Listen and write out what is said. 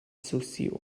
sociaux